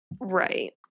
Right